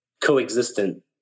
coexistent